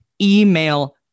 email